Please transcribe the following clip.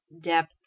depth